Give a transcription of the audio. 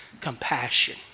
compassion